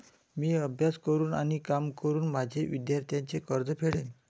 मी अभ्यास करून आणि काम करून माझे विद्यार्थ्यांचे कर्ज फेडेन